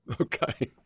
Okay